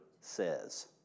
says